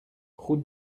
route